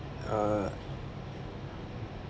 err